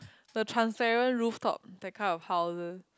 the transparent roof top that kind of houses